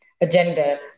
agenda